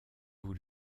vous